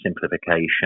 simplification